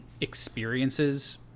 experiences